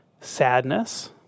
Sadness